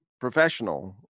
professional